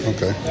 Okay